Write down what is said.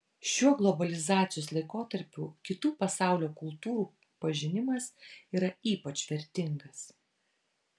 šiuo globalizacijos laikotarpiu kitų pasaulio kultūrų pažinimas yra ypač vertingas